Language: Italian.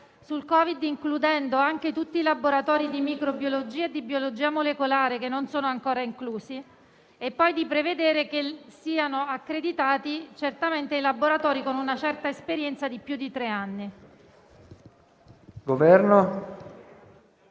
sul Covid, includendo anche tutti i laboratori di microbiologia e di biologia molecolare che non sono ancora inclusi e poi prevedere che siano accreditati certamente i laboratori con una certa esperienza di più di tre anni.